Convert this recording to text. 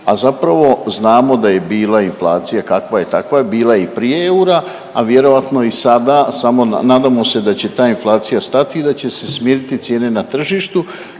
a zapravo znamo da je bila inflacija, kakva je takva je bila je i prije eura, a vjerojatno i sada nadamo se da će ta inflacija stati i da će se smiriti cijene na tržištu.